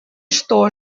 что